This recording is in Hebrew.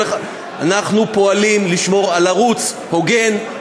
אנחנו פועלים לשמור על ערוץ הוגן,